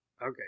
Okay